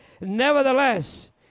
Nevertheless